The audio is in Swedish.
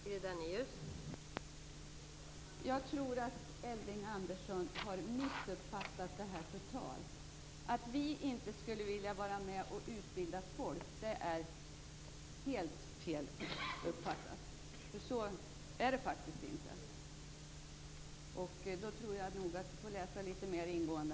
Fru talman! Jag tror att Elving Andersson har missuppfattat detta totalt. Att Folkpartiet inte skulle vilja vara med och utbilda människor är helt fel uppfattat. Så är det faktiskt inte. Jag tror nog att Elving Andersson får läsa litet mer ingående.